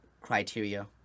criteria